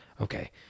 Okay